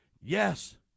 Yes